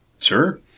Sure